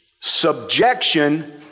subjection